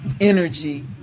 energy